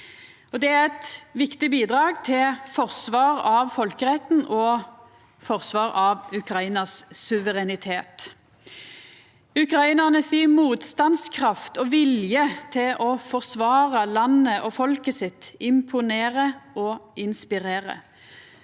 Det er eit viktig bidrag til forsvaret av folkeretten og forsvaret av Ukrainas suverenitet. Ukrainarane si motstandskraft og vilje til å forsvara landet og folket sitt imponerer og inspirerer.